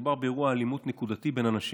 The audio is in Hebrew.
מדובר באירוע אלימות נקודתי בין אנשים.